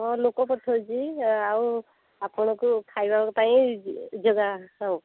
ହଁ ଲୋକ ପଠଉଛି ଆଉ ଆପଣଙ୍କୁ ଖାଇବା ପାଇଁ ଯେଗା ଆଉ